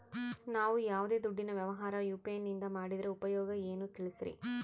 ನಾವು ಯಾವ್ದೇ ದುಡ್ಡಿನ ವ್ಯವಹಾರ ಯು.ಪಿ.ಐ ನಿಂದ ಮಾಡಿದ್ರೆ ಉಪಯೋಗ ಏನು ತಿಳಿಸ್ರಿ?